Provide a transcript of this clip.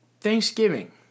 Thanksgiving